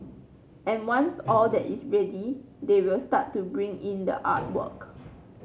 and once all that is ready they will start to bring in the artwork